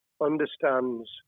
understands